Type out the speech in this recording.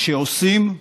כשעושים,